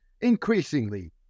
Increasingly